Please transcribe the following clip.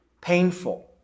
painful